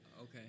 Okay